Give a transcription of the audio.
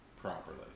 properly